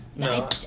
No